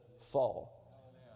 fall